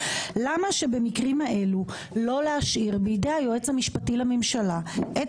למה שבמקרים האלו לא להשאיר בידי היועץ המשפטי לממשלה את